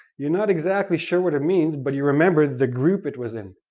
you're not exactly sure what it means but you remember the group it was in.